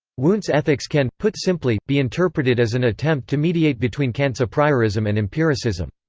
wundt's ethics can, put simply, be interpreted as an attempt to mediate between kant's apriorism and empiricism.